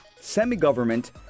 semi-government